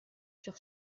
sur